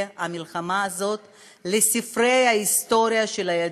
המלחמה הזאת לספרי ההיסטוריה של הילדים,